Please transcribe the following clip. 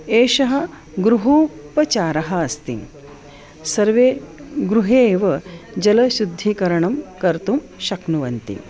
एषः गृहोपचारः अस्ति सर्वे गृहे एव जलशुद्धीकरणं कर्तुं शक्नुवन्ति